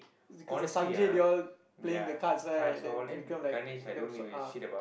it's cause of Sanjay they all playing the cards right then become like damn ah